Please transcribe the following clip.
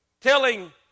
telling